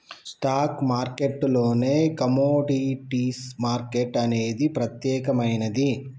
stock మార్కెట్టులోనే commodities market అనేది ప్రత్యేకమైనది